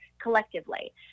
collectively